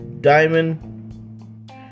Diamond